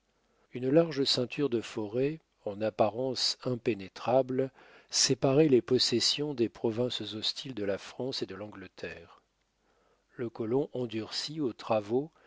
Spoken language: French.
une large ceinture de forêts en apparence impénétrables séparait les possessions des provinces hostiles de la france et de l'angleterre le colon endurci aux travaux